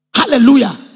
Hallelujah